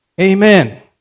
Amen